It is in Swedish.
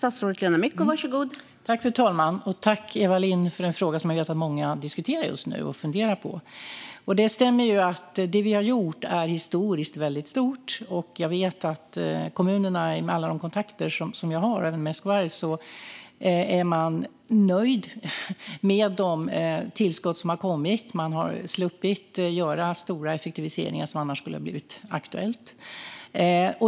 Fru talman! Tack, Eva Lindh, för en fråga som jag vet att många diskuterar och funderar på just nu! Det stämmer att det vi har gjort är historiskt väldigt stort. Genom alla de kontakter jag har även med SKR vet jag att man i kommunerna är nöjd med de tillskott som har kommit. Man har sluppit göra stora effektiviseringar som annars skulle ha varit aktuella.